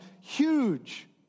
huge